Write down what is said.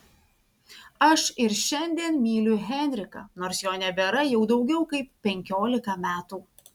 aš ir šiandien myliu henriką nors jo nebėra jau daugiau kaip penkiolika metų